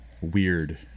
weird